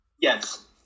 Yes